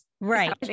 right